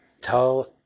Tell